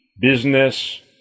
business